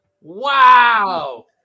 Wow